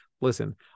Listen